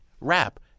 wrap